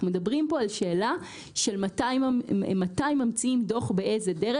אנחנו מדברים כאן על שאלה של מתי ממציאים דוח ובאיזו דרך.